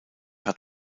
hat